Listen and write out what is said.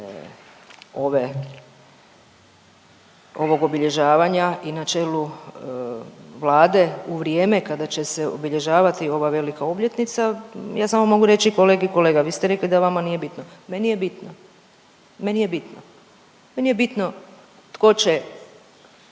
ovog obilježavanja i na čelu Vlade u vrijeme kada će se obilježavati ova velika obljetnica, ja samo mogu reći kolegi. Kolega, vi ste rekli da vama nije bitno. Meni je bitno, meni je bitno. Meni je bitno tko će